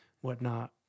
whatnot